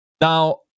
Now